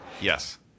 Yes